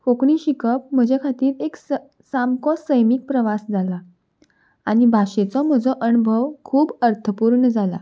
कोंकणी शिकप म्हजे खातीर एक सामको सैमीक प्रवास जाला आनी भाशेचो म्हजो अणभव खूब अर्थपूर्ण जाला